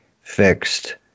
fixed